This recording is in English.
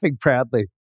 proudly